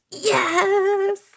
Yes